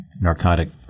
narcotic